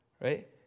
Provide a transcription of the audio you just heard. right